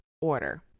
order